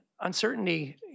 Uncertainty